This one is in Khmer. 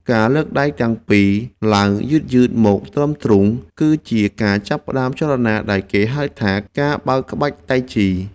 ការលើកដៃទាំងពីរឡើងយឺតៗមកត្រឹមទ្រូង គឺជាការចាប់ផ្ដើមចលនាដែលគេហៅថា ការបើកក្បាច់តៃជី។